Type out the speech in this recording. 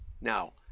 now